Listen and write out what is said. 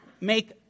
make